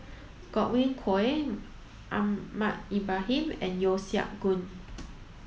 Godwin Koay Ahmad Ibrahim and Yeo Siak Goon